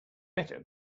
better